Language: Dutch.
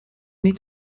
niet